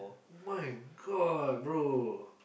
my god bro